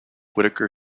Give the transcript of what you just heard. whittaker